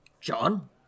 John